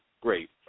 great